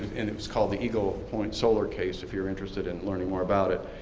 and it's called the eagle point solar case if you're interested in learning more about it.